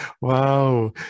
Wow